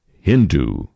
Hindu